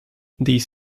these